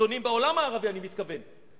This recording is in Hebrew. מעיתונים בעולם הערבי אני מתכוון,